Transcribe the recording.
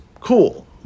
Cool